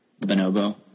Bonobo